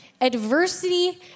Adversity